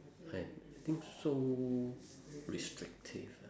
right I think so restrictive